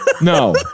no